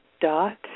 dot